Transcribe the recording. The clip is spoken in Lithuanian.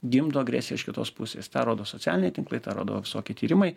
gimdo agresiją iš kitos pusės tą rodo socialiniai tinklai tą rodo visokie tyrimai